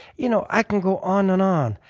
you know, i can go on and on.